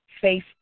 faith